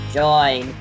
join